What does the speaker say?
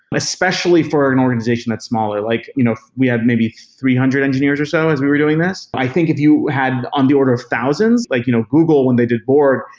especially for an organization that's smaller. like you know we had maybe three hundred engineers or so as we were doing this. i think if you had on the order of thousands like you know google when they did borg,